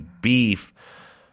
beef